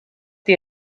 die